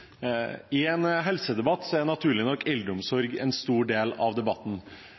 I en helsedebatt er naturlig nok eldreomsorg en stor del av debatten.